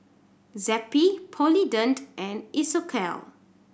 Zappy Polident and Isocal